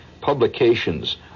publications